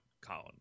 Colin